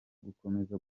gukomeza